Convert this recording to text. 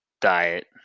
diet